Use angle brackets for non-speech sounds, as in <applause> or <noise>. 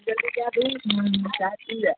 <unintelligible>